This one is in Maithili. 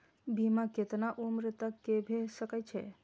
बीमा केतना उम्र तक के भे सके छै?